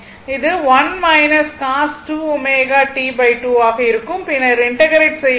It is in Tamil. இது 1 cos 2ω T2 ஆக இருக்கும் பின்னர் இன்டெகிரெட் செய்ய வேண்டும்